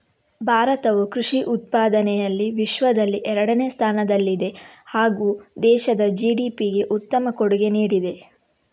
ಭಾರತವು ಕೃಷಿ ಉತ್ಪಾದನೆಯಲ್ಲಿ ವಿಶ್ವದಲ್ಲಿ ಎರಡನೇ ಸ್ಥಾನದಲ್ಲಿದೆ ಹಾಗೂ ದೇಶದ ಜಿ.ಡಿ.ಪಿಗೆ ಉತ್ತಮ ಕೊಡುಗೆ ನೀಡಿದೆ